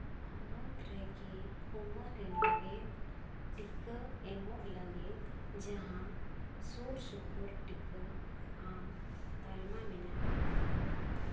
ᱦᱚᱱᱚᱛ ᱨᱮᱠᱤ ᱴᱤᱠᱟᱹ ᱮᱢᱚᱜ ᱞᱟᱹᱜᱤᱫ ᱡᱟᱦᱟᱸ ᱥᱩᱨᱼᱥᱩᱯᱩᱨ ᱴᱤᱠᱟᱹ ᱟᱢ ᱛᱟᱞᱢᱟ ᱢᱮᱱᱟᱜᱼᱟ